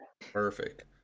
perfect